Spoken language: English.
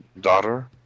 daughter